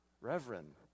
reverend